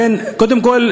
לכן, קודם כול,